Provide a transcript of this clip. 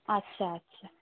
আচ্ছা আচ্ছা